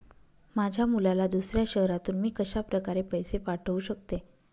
माझ्या मुलाला दुसऱ्या शहरातून मी कशाप्रकारे पैसे पाठवू शकते?